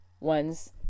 ones